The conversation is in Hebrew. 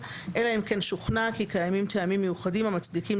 אלא אם כן שוכנע כי קיימים טעמים מיוחדים המצדיקים